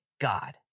God